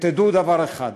תדעו דבר אחד,